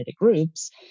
groups